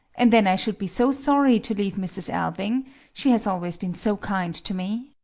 and then i should be so sorry to leave mrs. alving she has always been so kind to me.